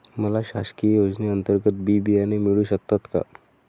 मला शासकीय योजने अंतर्गत बी बियाणे मिळू शकतात का?